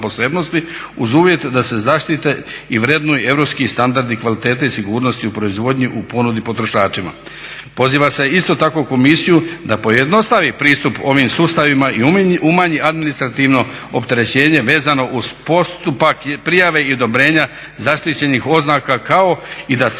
uz uvjet da se zaštite i vrednuju europski standardi i kvalitete i sigurnosti u proizvodnji u ponudi potrošačima. Poziva se isto tako Komisiju da pojednostavi pristup ovim sustavima i umanji administrativno opterećenje vezano uz postupak prijave i odobrenja zaštićenih oznaka kao i da